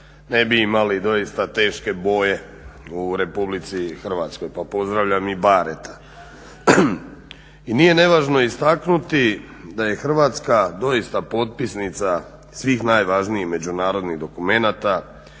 ne bi imali doista teške boje u RH, pa pozdravljam i Bareta. I nije nevažno istaknuti da je Hrvatska doista potpisnica svih najvažnijih međunarodnih dokumenata